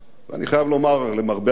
אני חייב לומר, למרבה הצער,